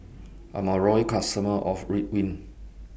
I'm A Loyal customer of Ridwind